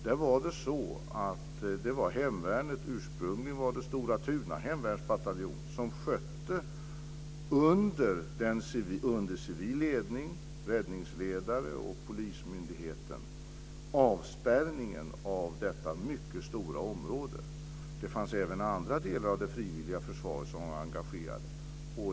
Där var det hemvärnet, ursprungligen var det Stora Tunas hemvärnsbataljon, som under civil ledning, räddningsledare och polismyndigheten, skötte avspärrningen av detta mycket stora område. Det fanns även andra delar av det frivilliga försvaret som var engagerade.